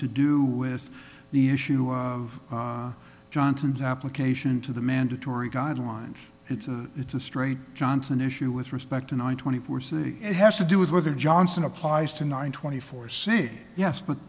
to do with the issue of johnson's application to the mandatory guidelines it's a it's a straight johnson issue with respect to nine twenty four c it has to do with whether johnson applies to nine twenty four say yes but